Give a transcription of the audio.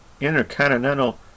Intercontinental